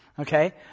Okay